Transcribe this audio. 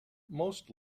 most